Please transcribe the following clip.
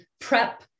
prep